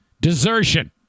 desertion